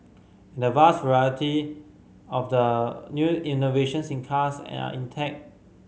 the vast majority of the new innovations in cars are in tech